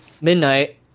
midnight